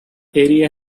area